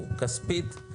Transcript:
כספית,